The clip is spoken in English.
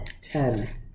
ten